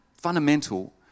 fundamental